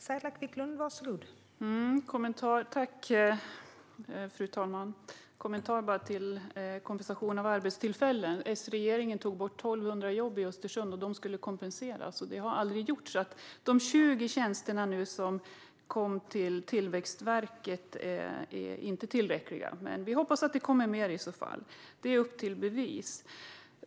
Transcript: Fru talman! Jag ska bara ge en kommentar om kompensation för förlorade arbetstillfällen. S-regeringen tog bort 1 200 jobb i Östersund. Det skulle kompenseras. Det har aldrig gjorts. Det är inte tillräckligt med de 20 tjänster som nu kom till Tillväxtverket. Vi hoppas att det kommer mer. Det är upp till bevis.